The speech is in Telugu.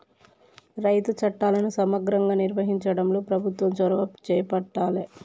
రైతు చట్టాలను సమగ్రంగా నిర్వహించడంలో ప్రభుత్వం చొరవ చేపట్టాలె